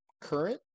current